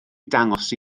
dangos